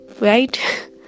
right